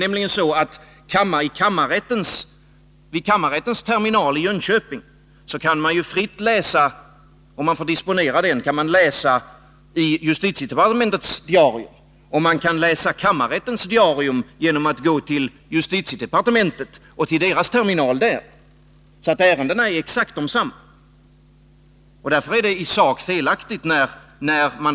Vid kammarrättens terminal i Jönköping kan man nämligen läsa i justitiedepartementets diarium. Och man kan läsa kammarrättens diarium genom att gå till justitiedepartementet och deras terminal. Ärendena är alltså exakt desamma.